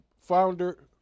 founder